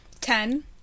Ten